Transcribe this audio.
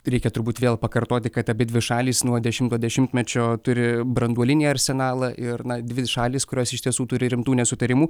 reikia turbūt vėl pakartoti kad abidvi šalys nuo dešimto dešimtmečio turi branduolinį arsenalą ir na dvi šalys kurios iš tiesų turi rimtų nesutarimų